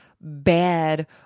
bad